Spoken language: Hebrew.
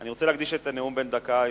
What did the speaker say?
אני רוצה להקדיש את הנאום בן הדקה היום,